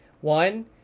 One